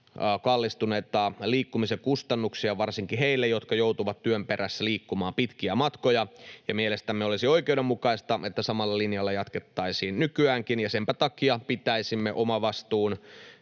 kallistuneita liikkumisen kustannuksia varsinkin heille, jotka joutuvat työn perässä liikkumaan pitkiä matkoja. Mielestämme olisi oikeudenmukaista, että samalla linjalla jatkettaisiin nykyäänkin. Senpä takia pitäisimme sekä omavastuun